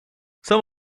some